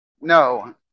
No